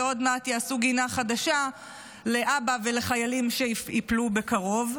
ועוד מעט יעשו גינה חדשה לאבא ולחיילים שייפלו בקרוב.